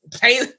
pay